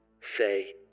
say